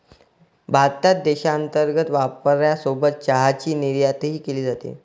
भारतात देशांतर्गत वापरासोबत चहाची निर्यातही केली जाते